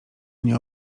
nie